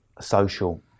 social